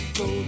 go